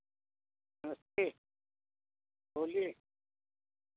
नमस्ते बोलिए